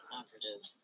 operative